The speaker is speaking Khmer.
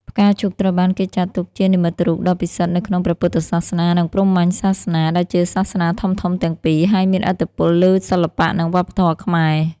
ផ្កាឈូកត្រូវបានគេចាត់ទុកជានិមិត្តរូបដ៏ពិសិដ្ឋនៅក្នុងព្រះពុទ្ធសាសនា និងព្រហ្មញ្ញសាសនា ដែលជាសាសនាធំៗទាំងពីរ ហើយមានឥទ្ធិពលលើសិល្បៈ និងវប្បធម៌ខ្មែរ។